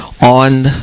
on